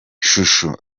chouchou